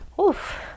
Oof